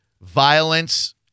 violence